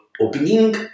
opening